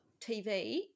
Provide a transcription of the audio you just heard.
TV